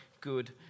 good